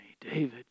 David